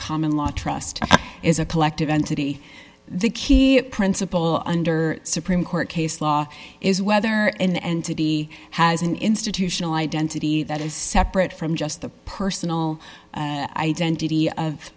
common law trust is a collective entity the key principle under supreme court case law is whether an entity has an institutional identity that is separate from just the personal identity of